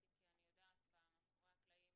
אתי, כי אני יודעת כמה התאמצת מאחורי הקלעים